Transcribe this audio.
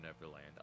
Neverland